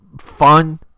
fun